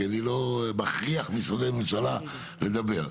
כי אני לא מכריח משרדי ממשלה לדבר,